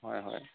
হয় হয়